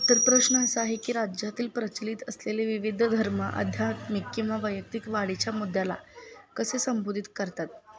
तर प्रश्न असा आहे की राज्यातील प्रचलित असलेले विविध धर्म अध्यात्मिक किंवा वैयक्तिक वाढीच्या मुद्याला कसे संबोधित करतात